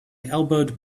elbowed